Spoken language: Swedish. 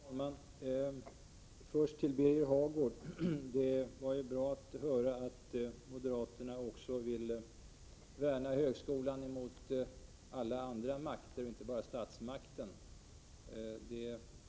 Herr talman! Först vill jag säga till Birger Hagård att jag tycker att det är bra att vi får höra att moderaterna också vill värna högskolan emot alla andra makter, inte bara statsmakten.